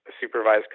supervised